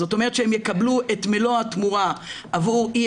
זאת אומרת שהם יקבלו את מלוא התמורה עבור אי